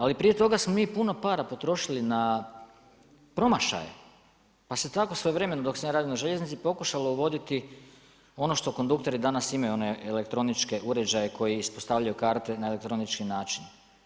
Ali prije toga smo mi puno para potrošili na promašaje pa se tako svojevremeno, dok sam ja radio na željeznici, pokušalo uvoditi, ono što kondukteri danas imaju, one elektroničke uređaje koji ispostavljaju karte na elektronički način.